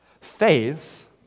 Faith